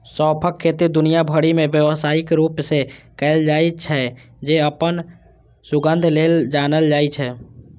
सौंंफक खेती दुनिया भरि मे व्यावसायिक रूप सं कैल जाइ छै, जे अपन सुगंध लेल जानल जाइ छै